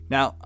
Now